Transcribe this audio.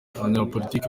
abanyapolitiki